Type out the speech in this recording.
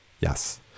Yes